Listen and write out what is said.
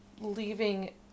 leaving